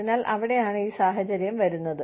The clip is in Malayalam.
അതിനാൽ അവിടെയാണ് ഈ സാഹചര്യം വരുന്നത്